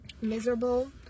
miserable